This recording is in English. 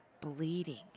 bleeding